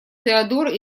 теодор